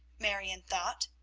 marion thought.